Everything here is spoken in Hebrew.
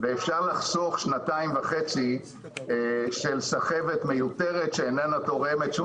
ואפשר לחסוך שנתיים וחצי של סחבת מיותרת שאיננה תורמת שום